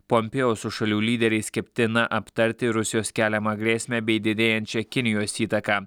pompeo su šalių lyderiais keptina aptarti rusijos keliamą grėsmę bei didėjančią kinijos įtaką